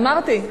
אמרתי.